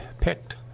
picked